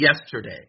yesterday